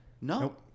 No